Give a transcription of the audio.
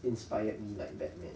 inspired me like batman